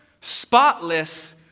spotless